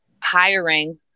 hiring